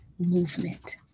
Movement